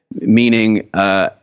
meaning –